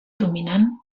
dominant